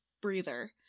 breather